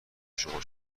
شما